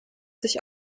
sich